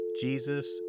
Jesus